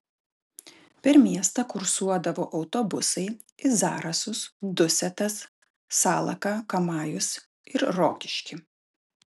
per miestą kursuodavo autobusai į zarasus dusetas salaką kamajus ir rokiškį